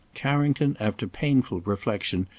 carrington, after painful reflection,